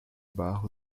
barro